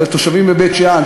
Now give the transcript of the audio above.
לתושבים בבית-שאן,